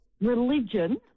religion